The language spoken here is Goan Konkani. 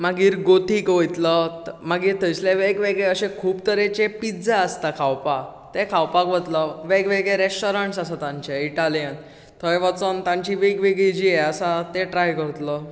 मागीर गोथीक वयतलो मागीर थंयसल्ले वेगवेगळे अशे खूब तरेचे पिज्झा आसता खावपाक ते खावपाक वतलो वेगवेगळे रेस्टोरंट्स आसा तांचे इटालीयन थंय वचून तांची वेगवेगळी जी ही हे आसा ते ट्राय करतलो जाले